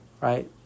Right